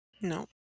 No